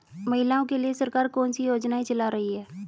महिलाओं के लिए सरकार कौन सी योजनाएं चला रही है?